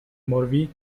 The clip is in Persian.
موروی